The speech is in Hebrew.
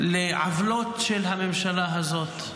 אני לא מתייחס לעוולות של הממשלה הזאת.